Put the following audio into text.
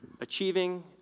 Achieving